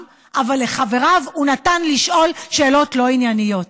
אבל לחבריו הוא נתן לשאול שאלות לא ענייניות.